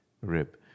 rib